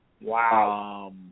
Wow